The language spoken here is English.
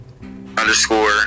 underscore